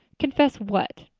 confess what?